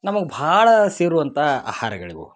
ನಮಗೆ ಭಾಳ ಸೇರುವಂಥ ಆಹಾರಗಳಿವು